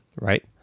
right